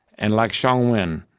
and, like shuang wen,